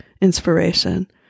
inspiration